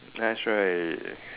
nice right